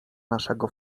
naszego